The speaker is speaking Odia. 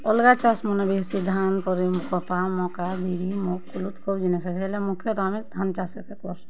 ଅଲ୍ଗା ଚାଷ୍ ମାନେ ବି ହେସି ଧାନ୍ ପରେ କପା ମକା ବିରି ମୁଗ୍ କୁଲୁଥ୍ ସବୁ ଜିନିଷ୍ ହେସି ହେଲେ ମୁଖ୍ୟତଃ ଆମେ ଧାନ୍ ଚାଷ୍ ଏକା କର୍ସୁଁ